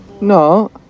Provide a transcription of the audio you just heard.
No